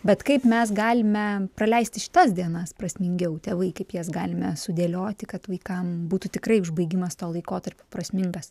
bet kaip mes galime praleisti šitas dienas prasmingiau tėvai kaip jas galime sudėlioti kad vaikam būtų tikrai užbaigimas to laikotarpio prasmingas